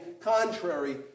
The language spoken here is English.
contrary